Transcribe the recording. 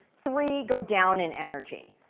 three go down in energy.